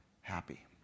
happy